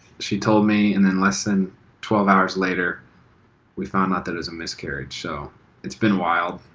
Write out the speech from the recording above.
she told me and then less than twelve hours later we found out that it was a miscarriage. so it's been wild